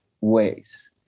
ways